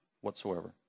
whatsoever